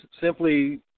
simply